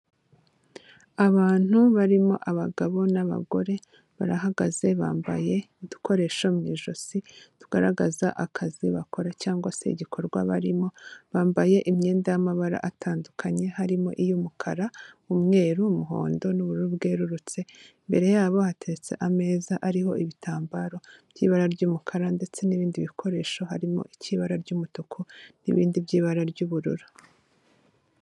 Abantu barimo abagabo n'abagore, barahagaze bambaye udukoresho mu ijosi, tugaragaza akazi bakora cyangwa se igikorwa barimo. Bambaye imyenda y'amabara atandukanye harimo iy'umukara, umweru, umuhondo n'ubururu bwerurutse. Imbere yabo hatetse ameza ariho ibitambaro, by'ibara ry'umukara ndetse n'ibindi bikoresho, harimo icy'ibara ry'umutuku, n'ibindi by'ibara ry'ubururu.